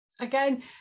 Again